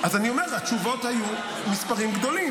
אז אני אומר, התשובות היו מספרים גדולים.